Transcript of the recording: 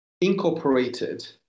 incorporated